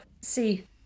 see